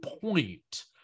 point